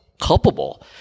culpable